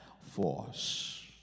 force